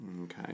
Okay